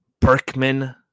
Berkman